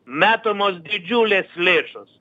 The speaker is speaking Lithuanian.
metamos didžiulės lėšos